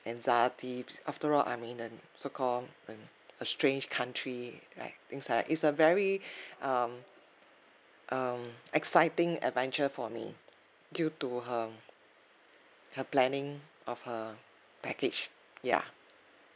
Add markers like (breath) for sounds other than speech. anxieties after all I'm in a so called a a strange country right things like that is a very (breath) um um exciting adventure for me due to her her planning of her package ya